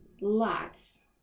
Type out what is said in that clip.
lots